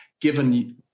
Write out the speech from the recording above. given